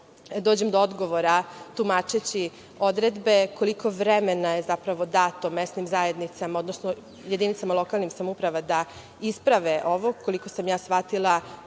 dođem do odgovora, tumačeći odredbe, koliko vremena je zapravo dato mesnim zajednicama, odnosno jedinicama lokalnih samouprava da isprave ovo. Koliko sam ja shvatila,